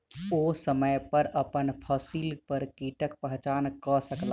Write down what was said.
ओ समय पर अपन फसिल पर कीटक पहचान कय सकला